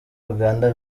uganda